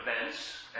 events